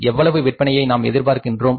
எவ்வளவு விற்பனையை நாம் எதிர்பார்க்கின்றோம்